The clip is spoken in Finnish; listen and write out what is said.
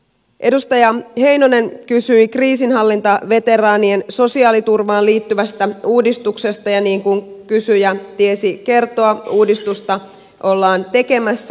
edustaja heinonen kysyi kriisinhallintaveteraanien sosiaaliturvaan liittyvästä uudistuksesta ja niin kuin kysyjä tiesi kertoa uudistusta ollaan tekemässä